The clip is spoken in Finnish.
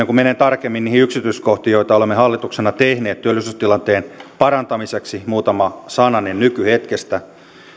kuin menen tarkemmin niihin yksityiskohtiin joita olemme hallituksena tehneet työllisyystilanteen parantamiseksi muutama sananen nykyhetkestä